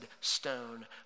stone